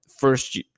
first